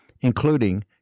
including